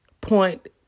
Point